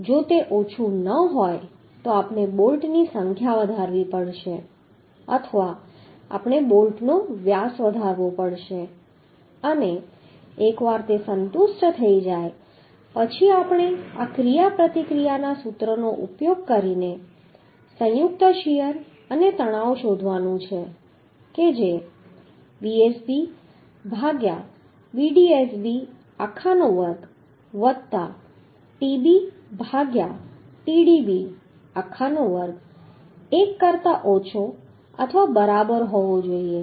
જો તે ઓછું ન હોય તો આપણે બોલ્ટની સંખ્યા વધારવી પડશે અથવા આપણે બોલ્ટનો વ્યાસ વધારવો પડશે અને એકવાર તે સંતુષ્ટ થઈ જાય પછી આપણે આ ક્રિયાપ્રતિક્રિયા સૂત્રનો ઉપયોગ કરીને સંયુક્ત શીયર અને તણાવ શોધવાનું છે કે જે Vsb ભાગ્યા Vdsb આખા નો વર્ગ વત્તા Tb ભાગ્યા Tdb આખા નો વર્ગ 1 કરતા ઓછો અથવા બરાબર હોવું જોઈએ